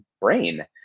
brain